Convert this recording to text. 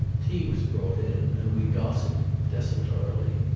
tea was brought in and we gossiped desul torily.